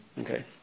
Okay